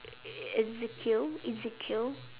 ezekiel ezekiel